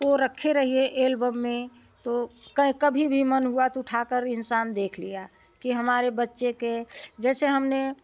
को रखे रहिए एल्बम में तो क कभी भी मन हुआ तो उठाकर इंसान देख लिया की हमारे बच्चे के जैसे हमने